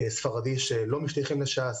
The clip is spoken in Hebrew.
ספרדים שלא משתייכים לש"ס,